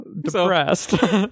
Depressed